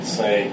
say